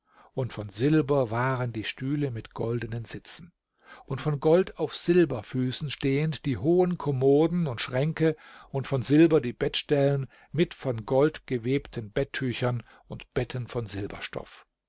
und von silber waren die stühle mit goldenen sitzen und von gold auf silberfüßen stehend die hohen kommoden und schränke und von silber die bettstellen mit von gold gewebten bettüchern und betten von silberstoff